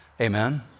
amen